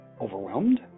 Overwhelmed